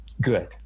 good